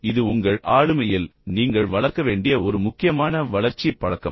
இது உங்கள் ஆளுமையில் நீங்கள் வளர்க்க வேண்டிய ஒரு முக்கியமான வளர்ச்சி பழக்கம்